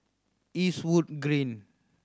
Eastwood Green